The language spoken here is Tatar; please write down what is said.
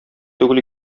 түгел